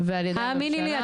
האמיני לי,